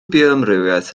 bioamrywiaeth